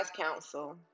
counsel